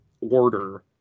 order